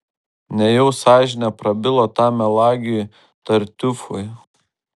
nejau sąžinė prabilo tam melagiui tartiufui